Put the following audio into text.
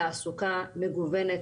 תעסוקה מגוונת,